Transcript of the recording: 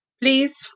Please